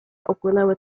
upłynęły